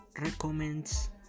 recommends